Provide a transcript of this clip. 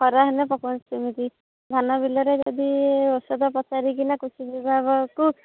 ଖରା ହେଲେ ପକାନ୍ତି ସେମିତି ଧାନବିଲରେ ଯଦି ଔଷଧ ପଚାରିକିନା କୃଷି ବିଭାଗକୁ